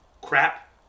crap